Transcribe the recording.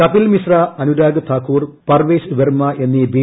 കപിൽ മിശ്ര അനുരാഗ് താക്കൂർ പർവേശ് വെർമ്മ എന്നീ ബി